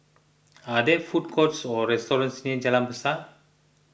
are there food courts or restaurants near Jalan Besar